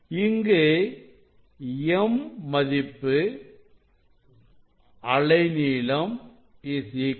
இங்கு m மதிப்பு அலைநீளம் 632